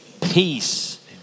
Peace